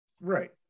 Right